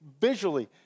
visually